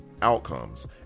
Outcomes